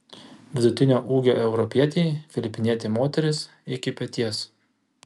vidutinio ūgio europietei filipinietė moteris iki peties